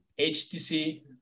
HTC